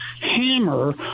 hammer